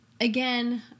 again